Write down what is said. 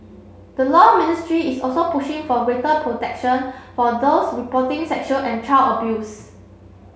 the law ministry is also pushing for greater protection for those reporting sexual and child abuse